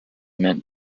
meant